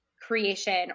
creation